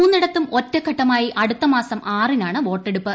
മൂന്നിടത്തും ഒറ്റ ഘട്ടമായി അടുത്ത മാസം ആറിനാണ് വോട്ടെടുപ്പ്